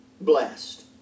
blessed